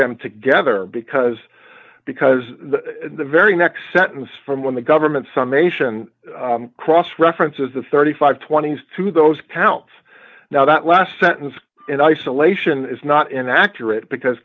them together because because the very next sentence from when the government some nation cross references the thirty five twenty's to those counts now that last sentence in isolation is not inaccurate because